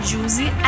Juicy